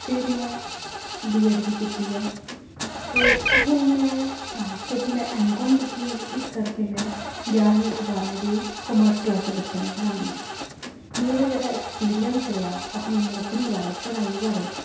ਫਿਰ ਮੈਂ ਬੀਐੱਡ ਵੀ ਕੀਤੀ ਹੈ ਅਤੇ ਹੁਣ ਮੈਂ ਕਿਉਂਕਿ ਮੈਂ ਐਮ ਕੋਮ ਕੀਤੀ ਹੋਈ ਹੈ ਇਸ ਕਰਕੇ ਮੈਂ ਗਿਆਰ੍ਹਵੀਂ ਅਤੇ ਬਾਰ੍ਹਵੀਂ ਦੇ ਕਮਰਸ ਕਲਾਸ ਦੇ ਬੱਚਿਆਂ ਨੂੰ ਪੜ੍ਹਾਉਂਦੀ ਹਾਂ ਮੇਰਾ ਜਿਹੜਾ ਐਕਸਪੀਰੀਅਨਸ ਰਿਹਾ ਆਪਣੀ ਨੌਕਰੀ ਬਾਰੇ ਪੜ੍ਹਾਈ ਬਾਰੇ